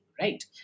right